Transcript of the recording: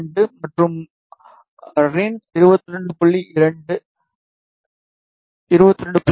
2 மற்றும் ரின் 22